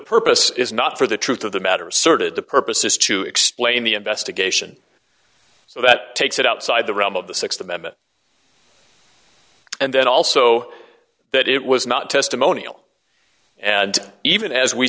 purpose is not for the truth of the matter asserted the purpose is to explain the investigation so that takes it outside the realm of the th amendment and then also that it was not testimonial and even as we